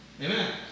Amen